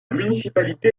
municipalité